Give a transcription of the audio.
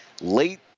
Late